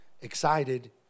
excited